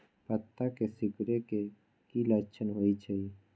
पत्ता के सिकुड़े के की लक्षण होइ छइ?